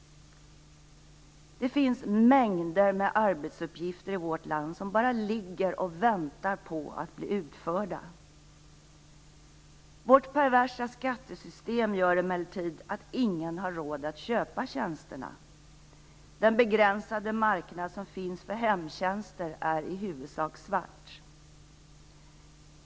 Det finns mängder med arbetsuppgifter i vårt land som bara ligger och väntar på att bli utförda. Vårt perversa skattesystem gör emellertid att ingen har råd att köpa tjänsterna. Den begränsade marknad som finns för hemtjänster är i huvudsak svart.